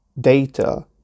data